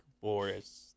Boris